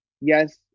yes